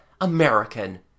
American